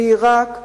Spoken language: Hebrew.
בעירק,